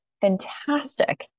fantastic